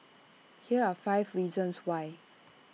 here are five reasons why